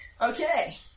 Okay